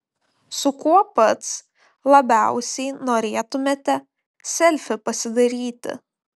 su kuo pats labiausiai norėtumėte selfį pasidaryti